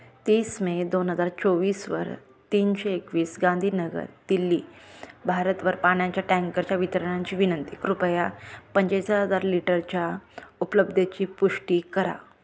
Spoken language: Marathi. तीस मे दोन हजार चोवीसवर तीनशे एकवीस गांधीनगर दिल्ली भारतवर पाण्याच्या टँकरच्या वितरणांची विनंती कृपया पंचेचाळीस हजार लिटरच्या उपलब्धतेची पुष्टी करा